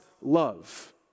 love